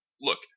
look